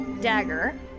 dagger